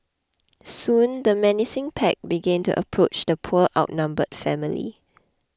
soon the menacing pack began to approach the poor outnumbered family